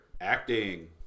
acting